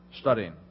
studying